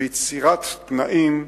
ויצירת תנאים,